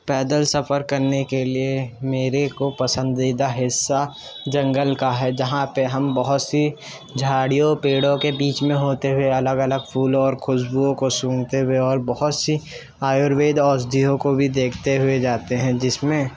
پیدل سفر کرنے کے لیے میرے کو پسندیدہ حصہ جنگل کا ہے جہاں پہ ہم بہت سی جھاڑیوں پیڑوں کے بیچ میں ہوتے ہوئے الگ الگ پھولوں اور خوشبوؤں کو سونگھتے ہوئے اور بہت سی آیوروید اوسدھیو کو بھی دیکھتے ہوئے جاتے ہیں جس میں